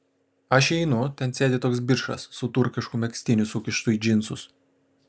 aš įeinu ten sėdi toks bičas su turkišku megztiniu sukištu į džinsus